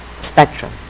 spectrum